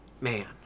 Man